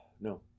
No